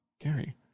Gary